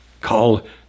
called